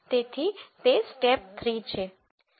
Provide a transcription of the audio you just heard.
તેથી તે સ્ટેપ 3 છે